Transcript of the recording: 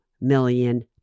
million